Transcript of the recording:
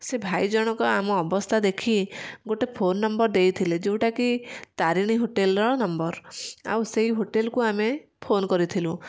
ସେ ଭାଇ ଜଣକ ଆମ ଅବସ୍ଥା ଦେଖି ଗୋଟେ ଫୋନ୍ ନମ୍ବର ଦେଇଥିଲେ ଯେଉଁଟାକି ତାରେଣୀ ହୋଟେଲ୍ର ନମ୍ବର ଆଉ ସେଇ ହୋଟେଲ୍କୁ ଆମେ ଫୋନ୍ କରିଥିଲୁ